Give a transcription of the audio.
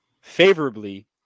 favorably